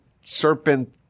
serpent